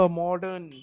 modern